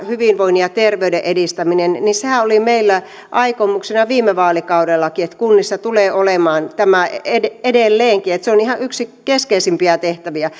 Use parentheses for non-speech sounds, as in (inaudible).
hyvinvoinnin ja terveyden edistäminen niin sehän oli meillä aikomuksena viime vaalikaudellakin että kunnissa tulee olemaan tämä edelleenkin että se on ihan yksi keskeisimpiä tehtäviä (unintelligible)